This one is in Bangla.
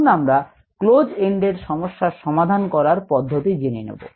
এখন আমরা closed ended সমস্যা সমাধান করার পদ্ধতি জেনে নেব